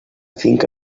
finca